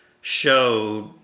showed